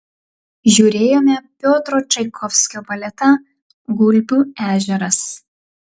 žiūrėjome piotro čaikovskio baletą gulbių ežeras